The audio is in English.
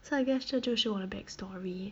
so I guess 这就是我的 back story